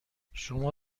شما